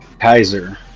Kaiser